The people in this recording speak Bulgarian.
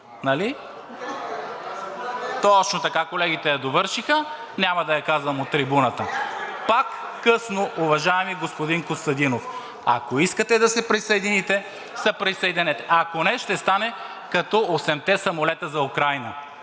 Точно така – колегите я довършиха, няма да я казвам от трибуната. (Реплики.) Пак късно, уважаеми господин Костадинов. Ако искате да се присъединете, се присъединете. Ако не, ще стане като осемте самолета за Украйна,